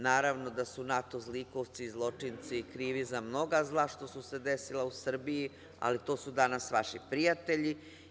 Naravno da su NATO zlikovci i zločinci krivi za mnogo zla što su se desila u Srbiji, ali to su danas vaši prijatelji.